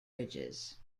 ridges